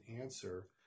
answer